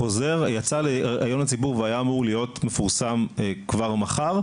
החוזר יצא לעיון הציבור והיה אמור להיות מפורסם כבר מחר.